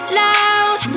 loud